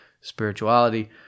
spirituality